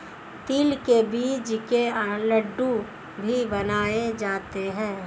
तिल के बीज के लड्डू भी बनाए जाते हैं